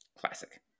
Classic